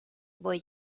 voy